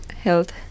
health